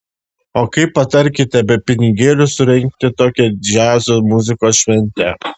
o kaip patarkite be pinigėlių surengti tokią džiazo muzikos šventę